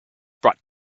brought